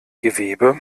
gewebe